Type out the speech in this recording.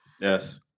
yes